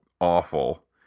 awful